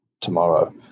tomorrow